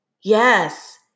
Yes